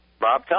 Bob